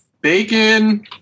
Bacon